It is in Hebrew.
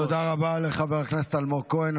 תודה רבה לחבר הכנסת אלמוג כהן.